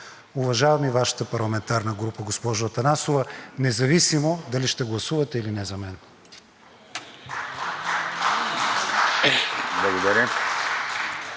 Уважавам и Вашата парламентарна група, госпожо Атанасова, независимо дали ще гласувате, или не за мен.